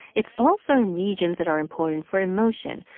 it's also in regions that are important for emotion,